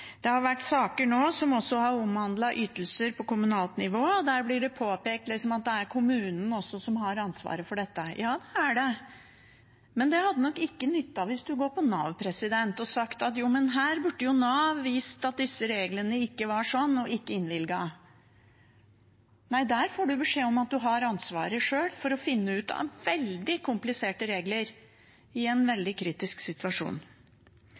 Det har vært saker nå som også har omhandlet ytelser på kommunalt nivå, og der blir det påpekt at også kommunen har ansvaret for dette. Ja, det er det, men det hadde nok ikke nyttet hvis man hadde gått til Nav og sagt at her burde jo Nav visst at disse reglene ikke var sånn, og ikke innvilget. Nei, der får man beskjed om at man har ansvaret sjøl for å finne ut av veldig kompliserte regler i en veldig kritisk situasjon.